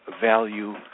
value